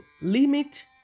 limit